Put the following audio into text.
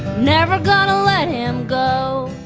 never gonna let him go